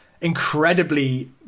incredibly